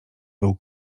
był